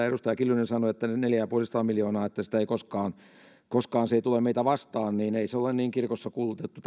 edustaja kiljunen sanoi että neljäsataaviisikymmentä miljoonaa ei koskaan tule meitä vastaan että ei tämäkään asia ole niin kirkossa kuulutettu